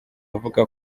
avuga